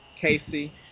Casey